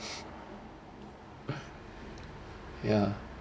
ya